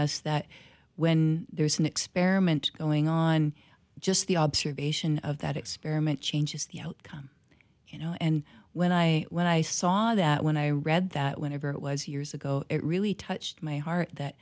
us that when there's an experiment going on just the observation of that experiment changes the outcome you know and when i when i saw that when i read that whenever it was years ago it really touched my heart that